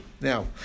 Now